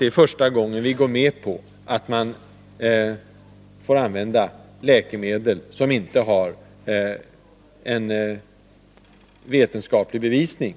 Det är inte första gången vi går med på att man får använda läkemedel som inte har vetenskapligt styrkt effekt.